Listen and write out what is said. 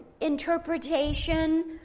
interpretation